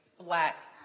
black